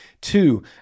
Two